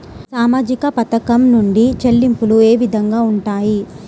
సామాజిక పథకం నుండి చెల్లింపులు ఏ విధంగా ఉంటాయి?